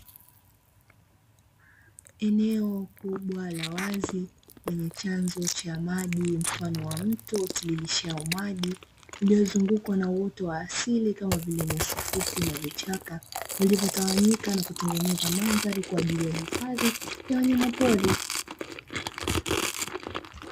Eneo kubwa la wazi lenye chanzo cha maji, mfano wa mto utiririshao maji uliozungukwa na uoto wa asili kama vile; nyasi fupi na vichaka, vilivyotawanyika na kutengeneza mandhari kwa ajili ya hifadhi ya wanyama pori.